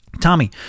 Tommy